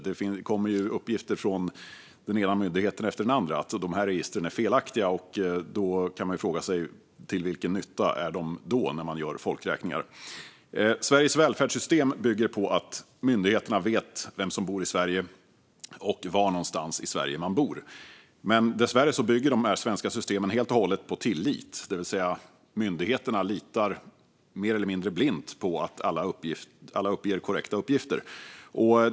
Det kommer uppgifter från den ena myndigheten efter den andra om att dessa register är felaktiga. Då kan man fråga sig till vilken nytta de är när man gör folkräkningar. Sveriges välfärdssystem bygger på att myndigheterna vet vem som bor i Sverige och var någonstans man bor. Men dessvärre bygger de svenska systemen helt och hållet på tillit; myndigheterna litar mer eller mindre blint på att alla uppger korrekta uppgifter.